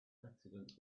accidents